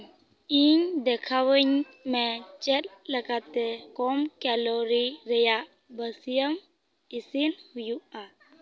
ᱤᱧ ᱫᱮᱠᱷᱟᱣᱟᱹᱧ ᱢᱮ ᱪᱮᱫᱞᱮᱠᱟᱛᱮ ᱠᱚᱢ ᱠᱮᱞᱳᱨᱤ ᱨᱮᱭᱟᱜ ᱵᱟᱹᱥᱭᱟᱹᱢ ᱤᱥᱤᱱ ᱦᱩᱭᱩᱜᱼᱟ